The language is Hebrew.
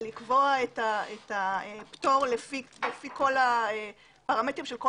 זה לקבוע את הפטור לפי כל הפרמטרים של כל